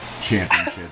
championship